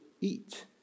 eat